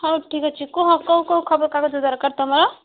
ହଉ ଠିକ ଅଛି କୁହ କେଉଁ କେଉଁ ଖବର କାଗଜ ଦରକାର ତୁମର